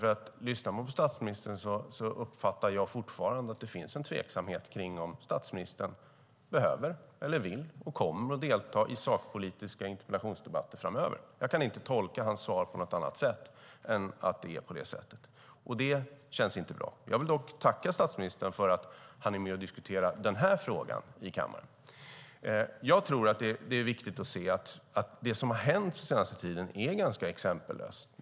När jag lyssnar på statsministern uppfattar jag nämligen att det fortfarande finns en tveksamhet om statsministern behöver - eller vill - och kommer att delta i sakpolitiska interpellationsdebatter framöver. Jag kan inte tolka hans svar på något annat sätt än att det är på det viset, och det känns inte bra. Jag vill dock tacka statsministern för att han är med och diskuterar den här frågan i kammaren. Jag tror att det är viktigt att se att det som har hänt den senaste tiden är ganska exempellöst.